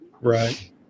right